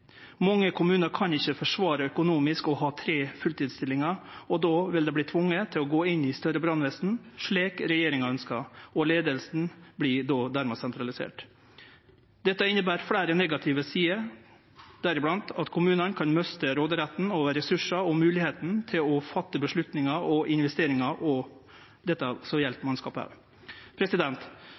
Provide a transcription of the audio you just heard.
Mange kommunar kan ikkje forsvare økonomisk å ha tre fulltidsstillingar, og då vil dei verte tvinga til å gå inn i større brannvesen, slik regjeringa ønskjer, og leiinga vert dermed sentralisert. Dette inneber fleire negative sider, deriblant at kommunane kan miste råderetten over ressursar og moglegheita til å fatte beslutningar om investeringar og dette som gjeld mannskapet